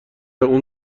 اون